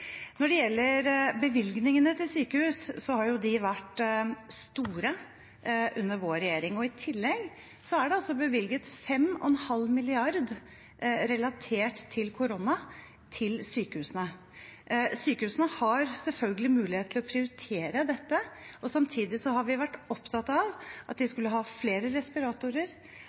Når det gjelder bevilgningene til sykehus, har de vært store under vår regjering. I tillegg er det altså bevilget 5,5 mrd. kr relatert til korona til sykehusene. Sykehusene har selvfølgelig mulighet til å prioritere dette. Samtidig har vi vært opptatt av at de skulle ha flere respiratorer,